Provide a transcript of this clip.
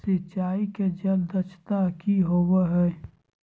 सिंचाई के जल दक्षता कि होवय हैय?